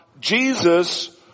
Jesus